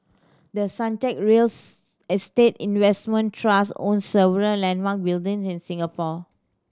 the Suntec real estate investment trust owns several landmark building in Singapore